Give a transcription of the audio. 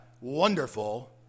wonderful